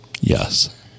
Yes